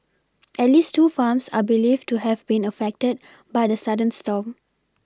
at least two farms are believed to have been affected by the sudden storm